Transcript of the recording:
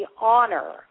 honor